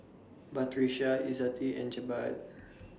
Batrisya Izzati and Jebat